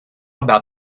about